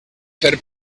fer